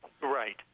Right